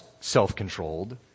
self-controlled